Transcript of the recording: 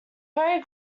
very